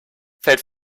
fällt